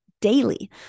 daily